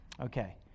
Okay